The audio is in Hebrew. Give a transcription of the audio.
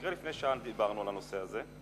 שבמקרה לפני שעה דיברנו על הנושא הזה,